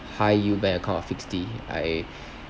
high yield bank account or fixed D I